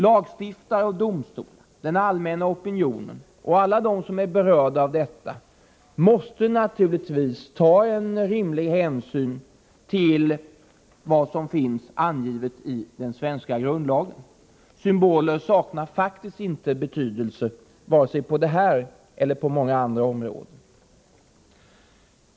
Lagstiftare och domstolar, den allmänna opinionen och alla som är berörda av detta måste naturligtvis i sitt arbete ta rimlig hänsyn till vad som anges i den svenska grundlagen. Symboler saknar faktiskt inte betydelse vare sig på detta eller på andra områden.